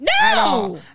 No